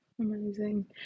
amazing